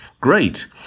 Great